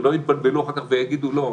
שלא יתבלבלו אחר כך ויגידו: לא,